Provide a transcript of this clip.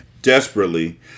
Desperately